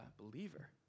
believer